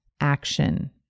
action